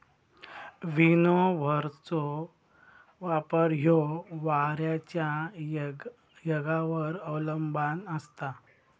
विनोव्हरचो वापर ह्यो वाऱ्याच्या येगावर अवलंबान असता